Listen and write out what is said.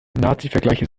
nazivergleiche